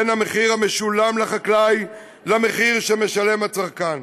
בין המחיר המשולם לחקלאי למחיר שמשלם הצרכן.